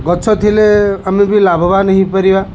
ଗଛ ଥିଲେ ଆମେ ବି ଲାଭବାନ୍ ହୋଇପାରିବା